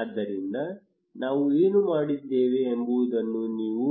ಆದ್ದರಿಂದ ನಾವು ಏನು ಮಾಡಿದ್ದೇವೆ ಎಂಬುದನ್ನು ನಾವು